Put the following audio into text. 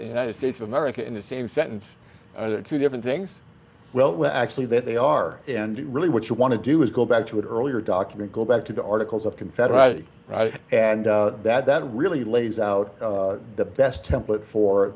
america in the same sentence or two different things well actually they are and really what you want to do is go back to an earlier document go back to the articles of confederation and that that really lays out the best template for